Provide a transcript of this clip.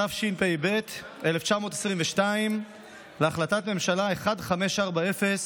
התשפ"ב 2022, מ/1540,